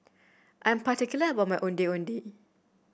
I'm particular about my Ondeh Ondeh